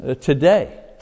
today